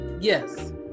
Yes